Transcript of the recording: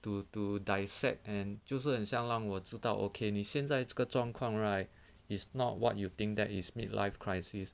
to to dissect and 就是很像让我知道 okay 你现在这个状况 right is not what you think that is mid life crisis